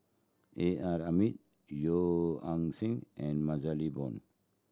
A R Hamid Yeo Ah Seng and MaxLe Blond